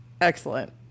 Excellent